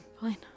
Fine